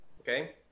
Okay